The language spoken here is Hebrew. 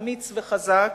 אמיץ וחזק,